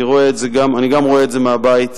אני גם רואה את זה מהבית,